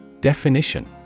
Definition